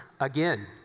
again